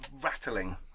rattling